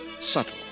subtle